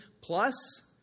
plus